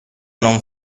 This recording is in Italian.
non